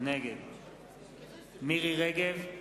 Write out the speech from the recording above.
נגד מירי רגב,